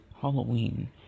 Halloween